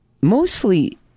mostly